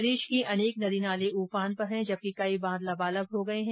प्रदेश के अनेक नदी नाले उफान पर है जबकि कई बांध लबालब हो गए है